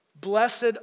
Blessed